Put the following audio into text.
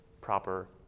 proper